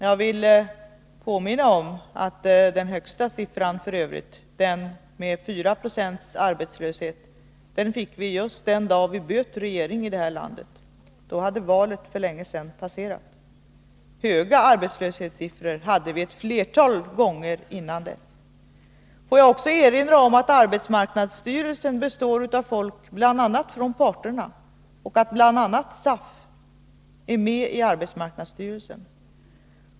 Jag vill f. ö. påminna om att den högsta siffran, 4 20 arbetslöshet, fick vi just den dag då vi bytte regering. Då hade valet för länge sedan passerat. Höga arbetslöshetssiffror hade vi ett flertal gånger innan dess. Får jag också erinra om att arbetsmarknadsstyrelsens styrelse bl.a. består av folk från parterna och att bl.a. SAF är med i arbetsmarknadsstyrelsen.